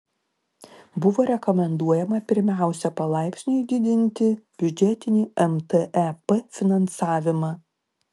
buvo rekomenduojama pirmiausia palaipsniui didinti biudžetinį mtep finansavimą